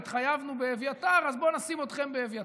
התחייבנו באביתר,